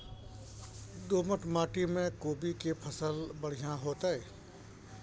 दोमट माटी में कोबी के फसल बढ़ीया होतय?